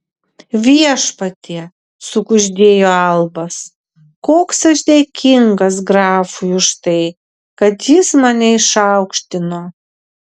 viešpatie sukuždėjo albas koks aš dėkingas grafui už tai kad jis mane išaukštino